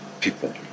people